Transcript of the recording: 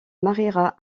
mariera